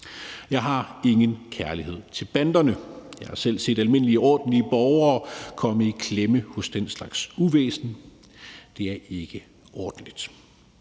Jeg har ingen kærlighed til banderne. Jeg har selv set almindelige, ordentlige borgere komme i klemme hos den slags uvæsen. Det er ikke ordentligt.